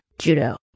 Judo